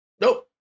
Nope